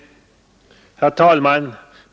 Herr talman!